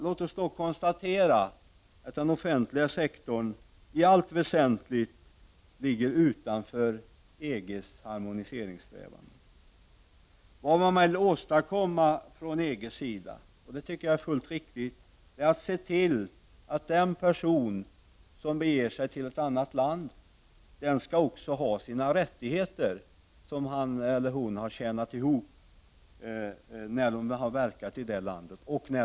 Låt oss då konstatera att den offentliga sektorn i allt väsentligt ligger utanför EG:s harmoniseringssträvanden. Från EG:s sida vill man åstadkomma, och det tycker jag är helt riktigt, att den person som beger sig till ett annat land också skall ha de rättigheter som har tjänats ihop i hemlandet.